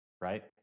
right